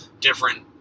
different